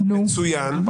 מצוין,